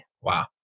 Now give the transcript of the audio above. Wow